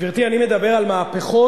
גברתי, אני מדבר על מהפכות,